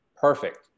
Perfect